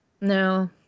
no